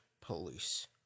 police